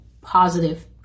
positive